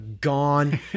gone